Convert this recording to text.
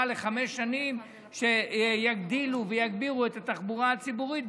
לחמש שנים שיגדילו ויגבירו את התחבורה הציבורית,